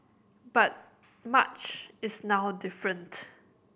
but much is now different